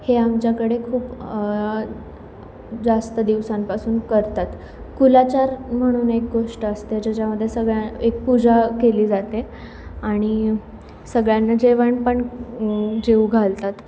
हे आमच्याकडे खूप जास्त दिवसांपासून करतात कुळाचार म्हणून एक गोष्ट असते ज्याच्यामध्ये सगळ्या एक पूजा केली जाते आणि सगळ्यांना जेवणपण जेऊ घालतात